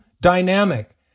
dynamic